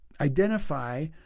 identify